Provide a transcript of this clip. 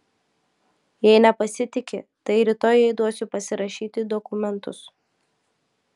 jei nepasitiki tai rytoj jai duosiu pasirašyti dokumentus